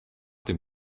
dem